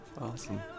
Awesome